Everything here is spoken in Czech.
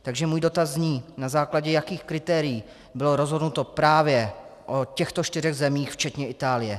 Takže můj dotaz zní: Na základě jakých kritérií bylo rozhodnuto právě o těchto čtyřech zemích včetně Itálie?